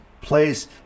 place